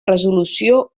resolució